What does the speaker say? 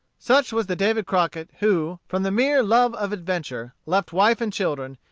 such was the david crockett who, from the mere love of adventure, left wife and children,